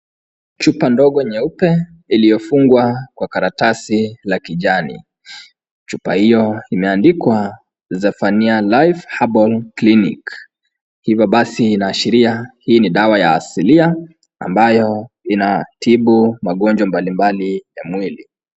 Chupa ndogo nyeupe iliyofungwa kwa karatasi la kijani. Chupa hiyo imeandikwa Zephaniah Life Herbal Clinic. Hivyo basi inaashiria hii ni dawa ya asilia ambayo inatibu magonjwa mbalimbali ya mwili.